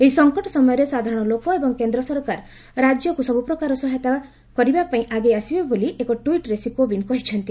ଏହି ସଙ୍କଟ ସମୟରେ ସାଧାରଣ ଲୋକ ଏବଂ କେନ୍ଦ୍ର ସରକାର ରାଜ୍ୟକୁ ସବୁପ୍ରକାର ସହାୟତା କରିବାପାଇଁ ଆଗେଇ ଆସିବେ ବୋଲି ଏକ ଟ୍ୱିଟ୍ରେ ଶ୍ରୀ କୋବିନ୍ଦ୍ କହିଛନ୍ତି